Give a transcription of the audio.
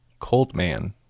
Coldman